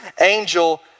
angel